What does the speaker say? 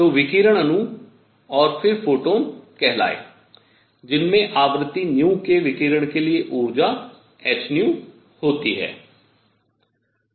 तो विकिरण अणु और फिर फोटॉन कहलाते हैं जिनमें आवृत्ति के विकिरण के लिए ऊर्जा hν होती है